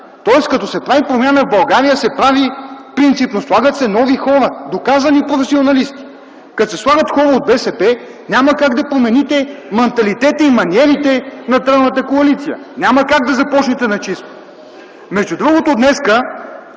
Тоест като се прави промяна в България, се прави принципно – слагат се нови хора, доказани професионалисти. Като се слагат хора от БСП няма как да промените манталитета и маниерите на тройната коалиция. Няма как да започнете на чисто. Между другото, днес